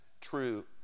true